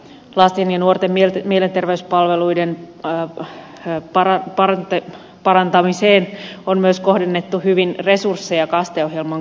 lasten ja nuorten mielenterveyspalveluiden parantamiseen on myös kohdennettu hyvin resursseja kaste ohjelman kautta